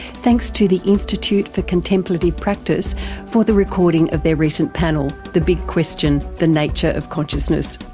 thanks to the institute for contemplative practice for the recording of their recent panel the big question the nature of consciousness.